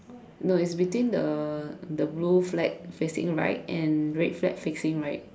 no it's between the the blue flag facing right and red flag facing right